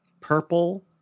purple